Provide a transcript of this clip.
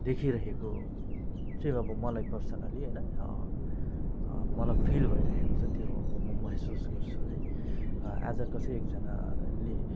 देखिरहेको चाहिँ मलाई पर्सनली होइन मलाई फिल भइरहेको छ त्यो अब म महसुस गर्छु है एज ए कसै एकजनाले